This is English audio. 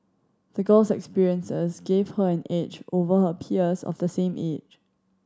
the girl's experiences gave her an edge over her peers of the same age